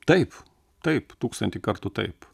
taip taip tūkstantį kartų taip